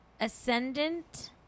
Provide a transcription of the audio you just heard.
Ascendant